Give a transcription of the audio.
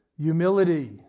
humility